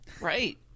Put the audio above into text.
Right